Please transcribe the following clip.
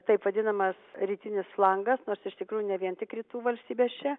taip vadinamas rytinis flangas nors iš tikrųjų ne vien tik rytų valstybės čia